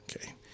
Okay